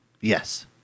Yes